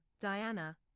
Diana